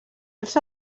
els